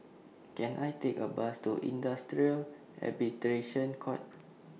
Can I Take A Bus to Industrial Arbitration Court